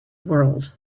world